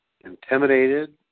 intimidated